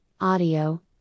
audio